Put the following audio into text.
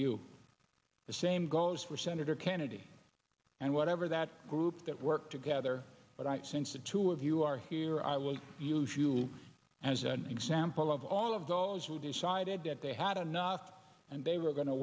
you the same goes for senator kennedy and whatever that group that work together but i sense the two of you are here i will use you as an example of all of those who decided that they had enough and they were going to